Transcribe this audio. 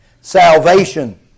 salvation